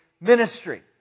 ministry